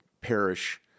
parish